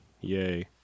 Yay